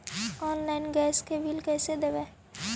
Online gas के bill कैसे देबै?